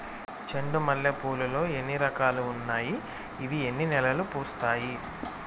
చెండు మల్లె పూలు లో ఎన్ని రకాలు ఉన్నాయి ఇవి ఎన్ని నెలలు పూస్తాయి